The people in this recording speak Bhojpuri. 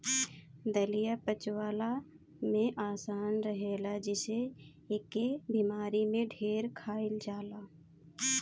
दलिया पचवला में आसान रहेला जेसे एके बेमारी में ढेर खाइल जाला